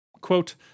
Quote